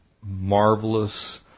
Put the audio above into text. marvelous